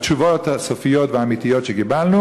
התשובות הסופיות והאמיתיות שקיבלנו